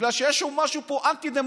בגלל שיש פה משהו אנטי-דמוקרטי,